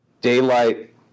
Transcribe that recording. daylight